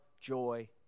joy